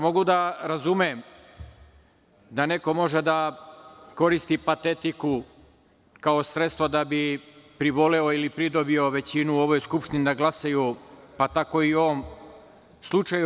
Mogu da razumem da neko može da koristi patetiku kao sredstvo da bi privoleo ili pridobio većinu u ovoj skupštini da glasaju, pa tako i u ovom slučaju.